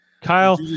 Kyle